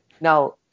Now